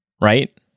Right